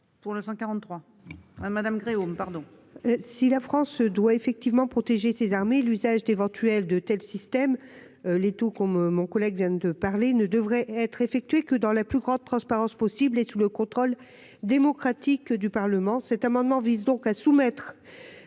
pour le 143. Hein madame Gréaume pardon. Si la France se doit effectivement protéger ses armées l'usage d'éventuels de tels systèmes. Les tout comme mon collègue vient de parler ne devrait être effectué que dans la plus grande transparence possible et sous le contrôle démocratique du Parlement cet amendement vise donc à soumettre.